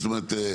זאת אומרת,